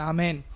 Amen